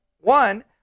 One